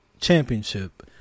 championship